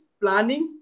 planning